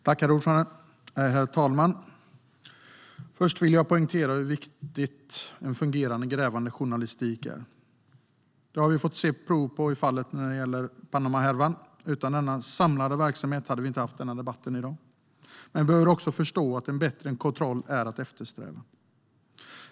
Herr talman! Först vill jag poängtera hur viktigt det är med fungerande grävande journalistik. Det har vi fått se prov på i fallet Panamahärvan. Utan denna samlade verksamhet hade vi inte haft den här debatten i dag. Men vi behöver också förstå att bättre kontroll är att eftersträva.